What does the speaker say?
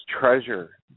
treasure